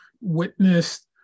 witnessed